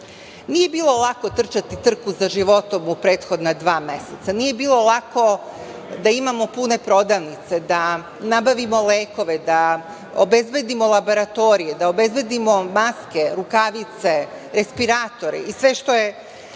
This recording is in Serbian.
vrh.Nije bilo lako trčati trku za životom u prethodna dva meseca, nije bilo lako da imamo pune prodavnice, da nabavimo lekove, da obezbedimo laboratorije, da obezbedimo maske, rukavice, respiratore i sve što je